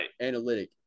analytic